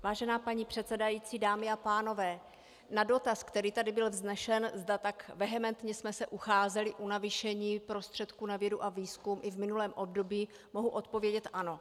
Vážená paní předsedající, dámy a pánové, na dotaz, který tady byl vznesen, zda tak vehementně jsme se ucházeli o navýšení prostředků na vědu a výzkum i v minulém období, mohu odpovědět ano.